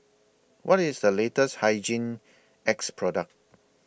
What IS The latest Hygin X Product